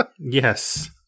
Yes